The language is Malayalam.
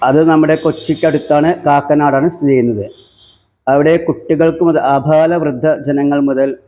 അത് നമ്മുടെ കൊച്ചിക്ക് അടുത്താണ് കാക്കനാട് ആണ് സ്ഥിതി ചെയ്യുന്നത് അവിടെ കുട്ടികള്ക്ക് മുതൽ ആഭാല വൃദ്ധജനങ്ങള് മുതല്